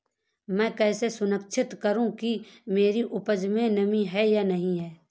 मैं कैसे सुनिश्चित करूँ कि मेरी उपज में नमी है या नहीं है?